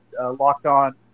locked-on